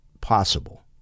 possible